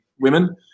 women